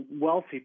wealthy